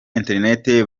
internet